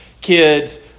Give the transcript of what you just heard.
kids